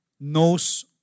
knows